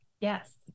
Yes